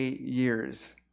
years